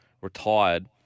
retired